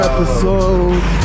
Episode